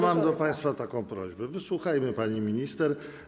Mam do państwa taką prośbę: wysłuchajmy pani minister.